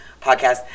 podcast